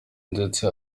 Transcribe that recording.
ndetse